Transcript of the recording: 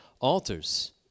altars